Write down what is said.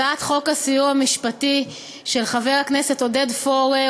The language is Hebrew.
הצעת חוק הסיוע המשפטי של חבר הכנסת עודד פורר